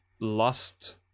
lost